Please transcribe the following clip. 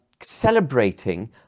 celebrating